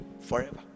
Forever